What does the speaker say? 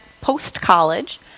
post-college